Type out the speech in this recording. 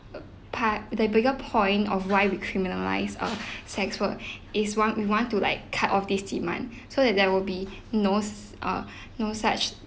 uh par~ the bigger point of why we criminalise err sex work is want we want to like cut off this demand so that there will be no s~ err no such